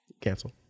Cancel